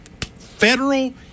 federal